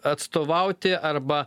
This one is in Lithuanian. atstovauti arba